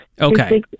Okay